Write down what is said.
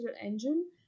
engine